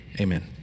Amen